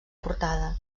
portada